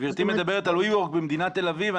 גברתי מדברת על ווי וורק במדינת תל אביב.